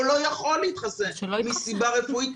או לא יכול להתחסן מסיבה רפואית,